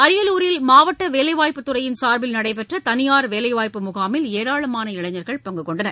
அரியலூரில் மாவட்ட வேலைவாய்ப்புத் துறையின் சார்பில் நடைபெற்ற தனியார் வேலைவாய்ப்பு முகாமில் ஏராளமான இளைஞர்கள் கலந்துகொண்டனர்